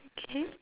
okay